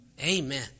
Amen